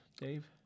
Dave